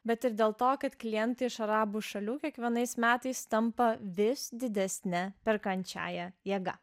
bet ir dėl to kad klientai iš arabų šalių kiekvienais metais tampa vis didesne perkančiąja jėga